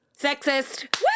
sexist